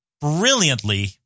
brilliantly